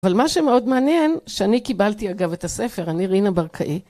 אבל מה שמאוד מעניין, שאני קיבלתי אגב את הספר, אני, רינה ברקאי.